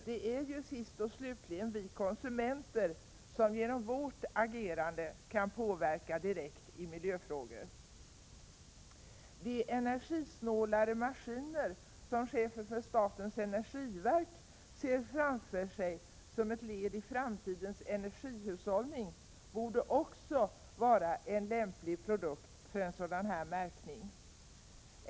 Det är ju sist och slutligen vi konsumenter som genom vårt agerande direkt kan påverka miljön. De energisnålare maskiner som chefen för statens energiverk ser framför sig som ett led i framtidens energihushållning borde också vara lämpliga produkter för en sådan här märkning.